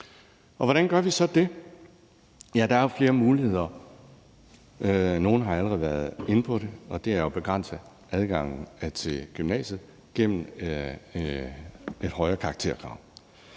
Hvordan gør vi så det? Der er flere muligheder. Nogle har allerede været inde på det, og det er jo at begrænse adgangen til gymnasiet gennem et højere karakterkrav.